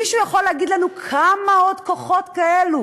מישהו יכול להגיד לנו כמה עוד כוחות כאלו